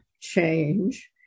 change